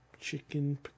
Chicken